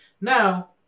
Now